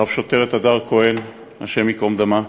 רב-שוטרת הדר כהן, השם ייקום דמה,